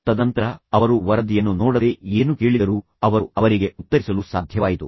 ತದನಂತರ ಅವರು ವರದಿಯನ್ನು ನೋಡದೆ ಏನು ಕೇಳಿದರೂ ಅವರು ಅವರಿಗೆ ಉತ್ತರಿಸಲು ಸಾಧ್ಯವಾಯಿತು